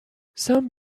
some